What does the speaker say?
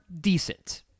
decent